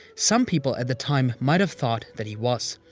some people at the time might've thought that he was.